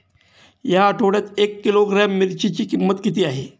या आठवड्यात एक किलोग्रॅम मिरचीची किंमत किती आहे?